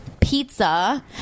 pizza